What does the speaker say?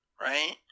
right